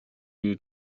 you